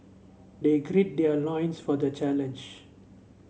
they gird their loins for the challenge